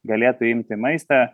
galėtų imti maistą